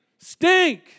Stink